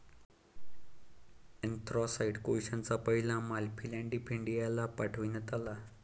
anthracite कोळशाचा पहिला माल फिलाडेल्फियाला पाठविण्यात आला